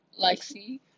Lexi